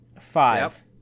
Five